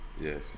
yes